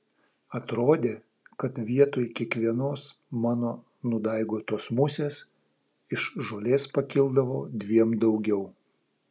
atrodė kad vietoj kiekvienos mano nudaigotos musės iš žolės pakildavo dviem daugiau